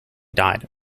died